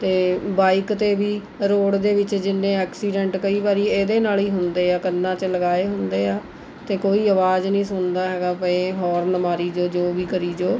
ਅਤੇ ਬਾਈਕ 'ਤੇ ਵੀ ਰੋਡ ਦੇ ਵਿੱਚ ਜਿੰਨੇ ਐਕਸੀਡੈਂਟ ਕਈ ਵਾਰੀ ਇਹਦੇ ਨਾਲ਼ ਹੀ ਹੁੰਦੇ ਹੈ ਕੰਨਾਂ 'ਚ ਲਗਾਏ ਹੁੰਦੇ ਹੈ ਅਤੇ ਕੋਈ ਅਵਾਜ਼ ਨਹੀਂ ਸੁਣਦਾ ਹੈਗਾ ਪਏ ਹੌਰਨ ਮਾਰੀ ਜਾਉ ਜੋ ਵੀ ਕਰੀ ਜਾਉ